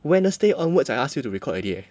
Wednesday onwards I ask you to record already eh